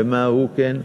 ומההוא כן,